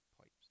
pipes